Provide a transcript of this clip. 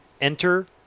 enter